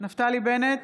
נפתלי בנט,